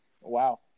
Wow